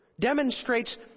demonstrates